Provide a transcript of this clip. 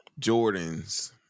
Jordans